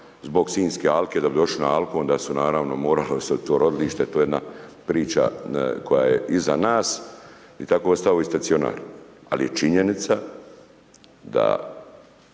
zbog sinjske alke, da bi došli na alku onda su naravno morali ostaviti to rodilište, to je jedna priča koja je iza nas i tako je ostao i stacionar. Ali je činjenica da